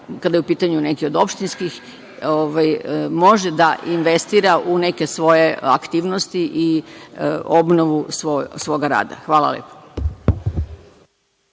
kada je u pitanju neki od opštinskih može da investira u neke svoje aktivnosti i obnovu svoga rada. Hvala lepo.